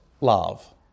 love